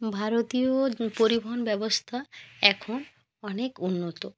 ভারতীয় পরিবহণ ব্যবস্থা এখন অনেক উন্নত